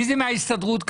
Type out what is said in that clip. מי זה מההסתדרות כאן?